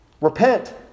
Repent